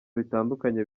bitandukanye